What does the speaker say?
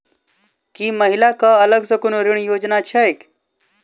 की महिला कऽ अलग सँ कोनो ऋण योजना छैक?